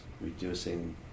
reducing